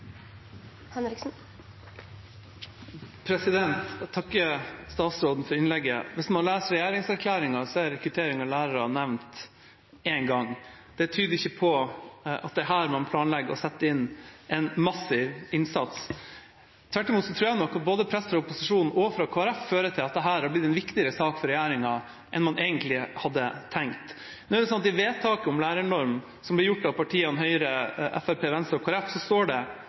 nevnt én gang. Det tyder på at det ikke er her regjeringa planlegger å sette inn en massiv innsats. Tvert imot tror jeg nok at presset både fra opposisjonen og fra Kristelig Folkeparti har ført til at dette har blitt en viktigere sak for regjeringa enn man egentlig hadde tenkt. I vedtaket om lærernorm som ble gjort av partiene Høyre, Fremskrittspartiet, Venstre og Kristelig Folkeparti, står det